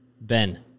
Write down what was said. Ben